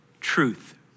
truth